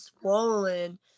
swollen